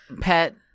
pet